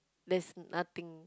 there's nothing